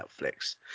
Netflix